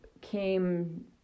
came